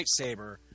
lightsaber